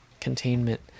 containment